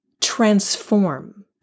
transform